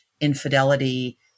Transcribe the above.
infidelity